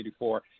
1984